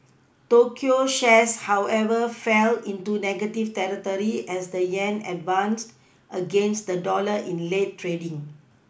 Tokyo shares however fell into negative territory as the yen advanced against the dollar in late trading